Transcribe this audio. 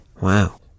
Wow